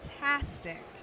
fantastic